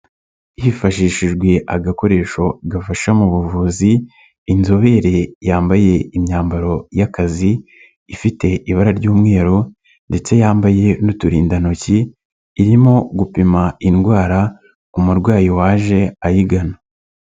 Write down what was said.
Hifashishijwe agakoresho gafasha mu buvuzi, inzobere yambaye imyambaro y'akazi, ifite ibara ry'umweru ndetse yambaye n'uturindantoki, irimo gupima indwara umurwayi waje ayigana.